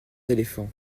éléphants